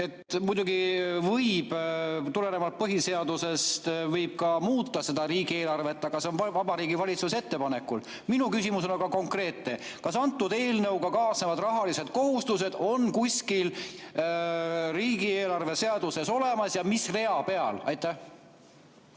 Muidugi võib tulenevalt põhiseadusest muuta seda riigieelarvet, aga seda [saab teha] Vabariigi Valitsuse ettepanekul. Minu küsimus on konkreetne: kas antud eelnõuga kaasnevad rahalised kohustused on kuskil riigieelarve seaduses olemas ja mis rea peal? Aitäh,